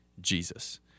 Jesus